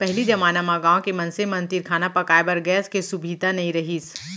पहिली जमाना म गॉँव के मनसे मन तीर खाना पकाए बर गैस के सुभीता नइ रहिस